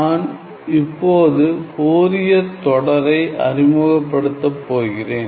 நான் இப்போது ஃபோரியர் தொடரை அறிமுகப்படுத்தப் போகிறேன்